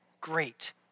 great